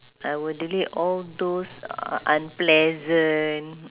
I will delete all those unpleasant